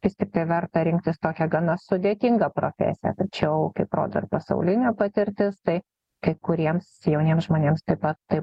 vis tiktai verta rinktis tokią gana sudėtingą profesiją tačiau kaip rodo ir pasaulinė patirtis tai kai kuriems jauniems žmonėms taip pat tai